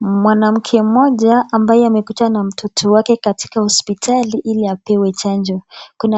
Mwanaume moja ambaye amekuja na mtoto wake hospitali hili apewe chanjo